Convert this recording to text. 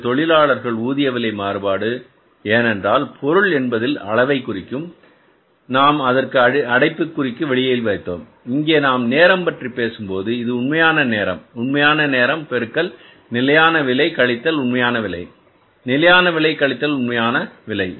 இந்த தொழிலாளர் ஊதிய விலை மாறுபாடு ஏனென்றால் பொருள் என்பதில் அளவை குறிக்கும்போது நாம் அதை அடைப்புக்குறிக்கு வெளியே வைத்தோம் இங்கே நாம் நேரம் பற்றி பேசும்போது இது உண்மையான நேரம் உண்மையான நேரம் பெருக்கல் நிலையான விலை கழித்தல் உண்மையான விலை நிலையான விலை கழித்தல் உண்மையான விலை